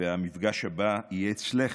המפגש הבא יהיה אצלך,